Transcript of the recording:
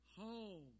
home